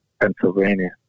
Pennsylvania